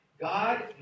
God